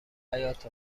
حیاط